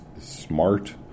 smart